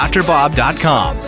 DrBob.com